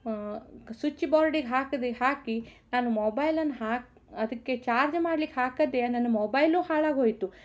ಸ್ವಿಚ್ಬೋರ್ಡಿಗೆ ಹಾಕಿದೆ ಹಾಕಿ ನಾನು ಮೊಬೈಲನ್ನು ಹಾಕಿ ಅದಕ್ಕೆ ಚಾರ್ಜ್ ಮಾಡ್ಲಿಕ್ಕೆ ಹಾಕಿದೆ ನನ್ನ ಮೊಬೈಲು ಹಾಳಾಗೋಯ್ತು